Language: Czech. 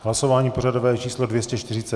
Hlasování pořadové číslo 242.